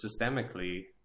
systemically